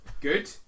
Good